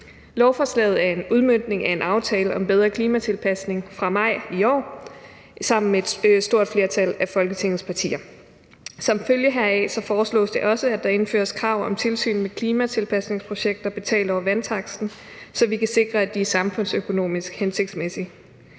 Lovforslaget er en udmøntning af en aftale om bedre klimatilpasning fra maj i år mellem et stort flertal af Folketingets partier. Som følge heraf foreslås det også, at der indføres krav om tilsyn med klimatilpasningsprojekter betalt over vandtaksten, så vi kan sikre, at de er samfundsøkonomisk hensigtsmæssige.